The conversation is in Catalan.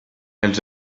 els